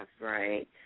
right